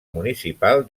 municipal